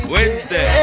Wednesday